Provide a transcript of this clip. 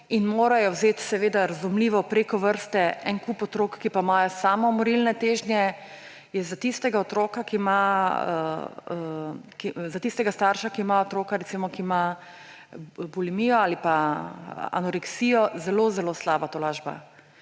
in morajo vzeti, seveda razumljivo, preko vrste kup otrok, ki pa imajo samomorilne težnje, je za tistega starša, ki ima otroka z bulimijo ali pa anoreksijo, zelo zelo slaba tolažba.